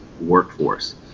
workforce